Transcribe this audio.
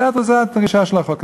זו הדרישה של החוק הזה.